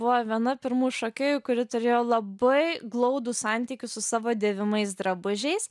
buvo viena pirmųjų šokėjų kuri turėjo labai glaudų santykį su savo dėvimais drabužiais